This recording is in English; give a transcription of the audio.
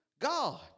God